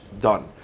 done